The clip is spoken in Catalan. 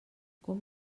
com